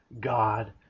God